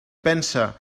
pense